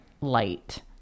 light